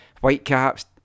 Whitecaps